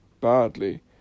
badly